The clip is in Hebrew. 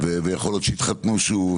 ויכול להיות שיתחתנו שוב,